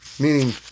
Meaning